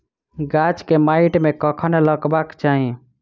गाछ केँ माइट मे कखन लगबाक चाहि?